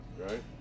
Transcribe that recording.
right